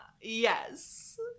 Yes